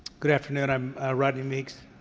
good afternoon. i'm rodney meeks,